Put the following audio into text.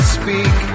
speak